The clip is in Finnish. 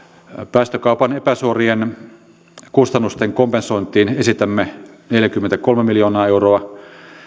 päästökaupan epäsuorien kustannusten kompensointiin esitämme neljäkymmentäkolme miljoonaa euroa